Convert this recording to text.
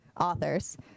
authors